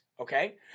Okay